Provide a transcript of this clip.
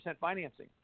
financing